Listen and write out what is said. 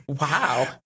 Wow